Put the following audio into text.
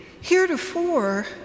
heretofore